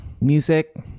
music